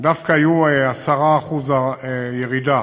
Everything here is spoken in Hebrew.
דווקא היו 10% ירידה